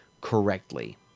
correctly